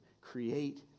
Create